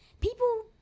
people